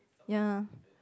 ya